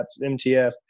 MTF